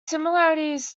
similarities